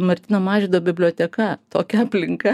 martyno mažvydo biblioteka tokia aplinka